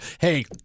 hey